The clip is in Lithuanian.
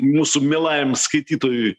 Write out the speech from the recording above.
mūsų mielajam skaitytojui